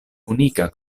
unika